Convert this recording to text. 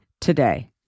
today